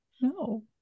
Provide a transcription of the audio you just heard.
no